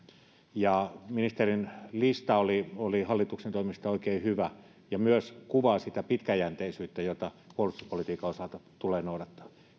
ministerin lista hallituksen toimista oli oikein hyvä ja myös kuvaa sitä pitkäjänteisyyttä jota puolustuspolitiikan osalta tulee noudattaa